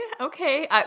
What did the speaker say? okay